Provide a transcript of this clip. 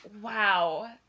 wow